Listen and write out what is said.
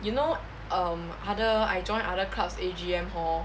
you know um other I join other clubs A_G_M hor